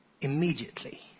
immediately